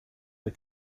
had